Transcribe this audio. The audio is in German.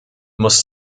muss